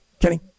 Kenny